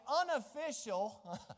unofficial